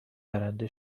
برنده